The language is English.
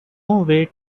way